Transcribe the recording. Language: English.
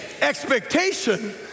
expectation